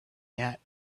yet